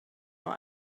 nur